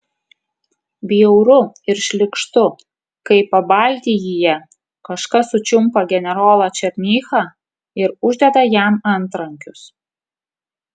bjauru ir šlykštu kai pabaltijyje kažkas sučiumpa generolą černychą ir uždeda jam antrankius